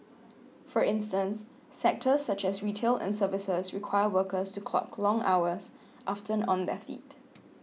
for instance sectors such as retail and services require workers to clock long hours often on their feet